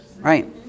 Right